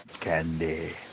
candy